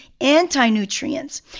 anti-nutrients